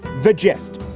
the gist?